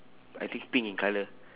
I think pink in colour